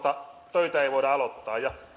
töitä ei voida aloittaa